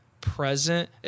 present